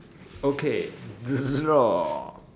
okay draw